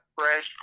fresh